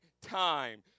time